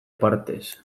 partez